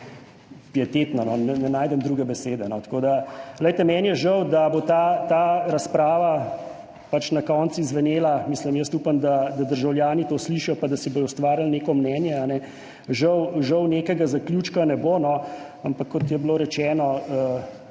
pietetno, ne najdem druge besede. Tako da glejte, meni je žal, da bo ta razprava pač na koncu izzvenela. Mislim, jaz upam, da državljani to slišijo, pa da si bodo ustvarili neko mnenje. Žal nekega zaključka ne bo, no, ampak kot je bilo rečeno,